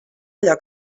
allò